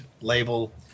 label